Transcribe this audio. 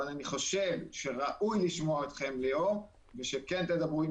אבל אני חושב שראוי לשמוע את מועצת התלמידים ושכן ידברו עם